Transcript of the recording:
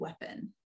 weapon